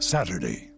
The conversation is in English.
Saturday